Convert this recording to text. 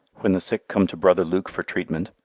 when the sick come to brother luke for treatment,